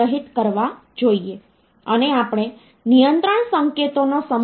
xnb હોય તો તેને આ દ્વારા આપવામાં આવે છે x1 bn 1 x2 bn 2